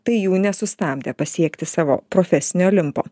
tai jų nesustabdė pasiekti savo profesinio olimpo